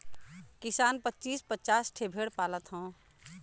किसान पचीस पचास ठे भेड़ पालत हौ